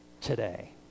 today